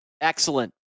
Excellent